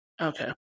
Okay